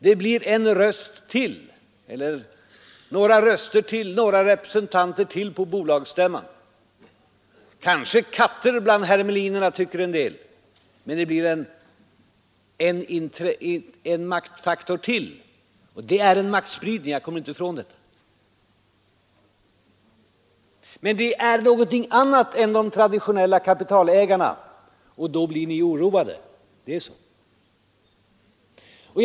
Det blir några representanter till på bolagsstämmorna — kanske katter bland hermelinerna enligt somligas uppfattning — men det blir en maktfaktor till. Och det innebär en maktspridning, det kommer jag inte ifrån! Den maktfaktorn är någonting annat än de traditionella kapitalägarna, och då blir ni oroade. Det är så!